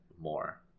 more